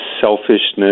selfishness